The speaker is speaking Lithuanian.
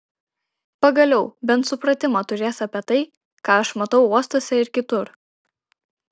pagaliau bent supratimą turės apie tai ką aš matau uostuose ir kitur